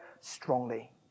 strongly